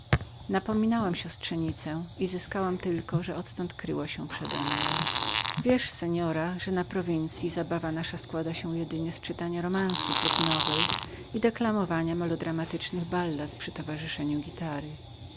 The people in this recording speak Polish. moją synowicę i zyskałam tylko że odtąd kryła się przedemną wiesz seora że na prowincyi zabawa nasza składa się jedynie z czytania romansów lub nowelli i deklamowania romanserów przy towarzyszeniu gitary